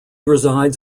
resides